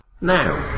Now